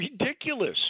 ridiculous